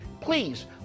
Please